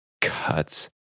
cuts